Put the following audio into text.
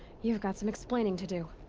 you've got some explaining to do!